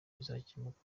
bizakemuka